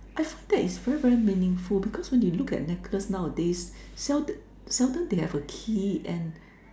I think that it's very very meaningful because you look at necklaces nowadays sell seldom have a key and